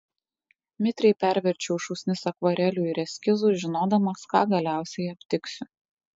mitriai perverčiau šūsnis akvarelių ir eskizų žinodamas ką galiausiai aptiksiu